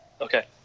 Okay